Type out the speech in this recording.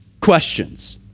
Questions